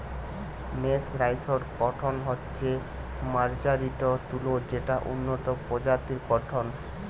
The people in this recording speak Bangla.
মের্সরাইসড কটন হচ্ছে মার্জারিত তুলো যেটা উন্নত প্রজাতির কট্টন